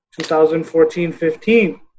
2014-15